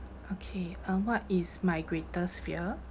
okay um what is my greatest fear